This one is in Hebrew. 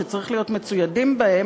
שצריך להיות מצוידים בה,